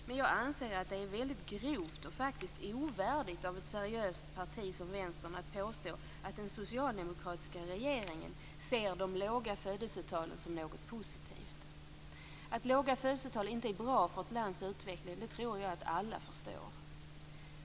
Men jag anser att det är väldigt grovt och faktiskt ovärdigt av ett seriöst parti som Vänstern att påstå att den socialdemokratiska regeringen ser de låga födelsetalen som något positivt. Att låga födelsetal inte är bra för ett lands utveckling tror jag att alla förstår.